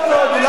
טוב מאוד.